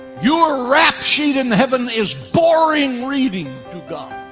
your rap sheet in heaven is boring reading to god